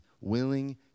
willing